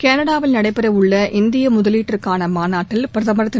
கனடாவில் நடைபெற உள்ள இந்திய முதலீட்டிற்னன மாநாட்டில் பிரதமா் திரு